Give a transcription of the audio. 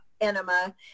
enema